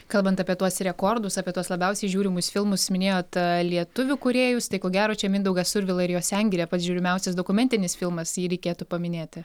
kalbant apie tuos rekordus apie tuos labiausiai žiūrimus filmus minėjot lietuvių kūrėjus tai ko gero čia mindaugas survila ir jo sengirė pats žiūrimiausias dokumentinis filmas jį reikėtų paminėti